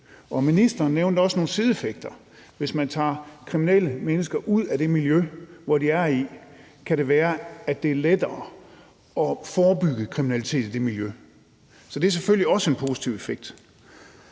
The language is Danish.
Ministeren nævnte også nogle sideeffekter. Hvis man tager kriminelle mennesker ud af det miljø, de er i, kan det være, at det er lettere at forebygge kriminalitet i det miljø. Så det er selvfølgelig også en positiv effekt.